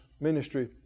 ministry